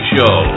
Show